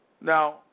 Now